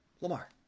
Lamar